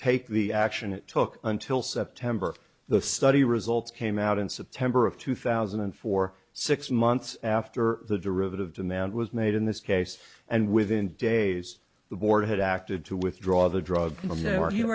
take the action it took until september the study results came out in september of two thousand and four six months after the derivative demand was made in this case and within days the board had acted to withdraw the drug